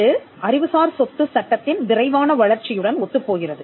இது அறிவுசார் சொத்து சட்டத்தின் விரைவான வளர்ச்சியுடன் ஒத்துப்போகிறது